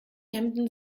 hemden